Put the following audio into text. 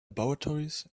laboratories